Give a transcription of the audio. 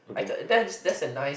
I thought that's that's a nice